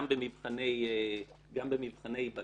גם במבחני בג"ץ,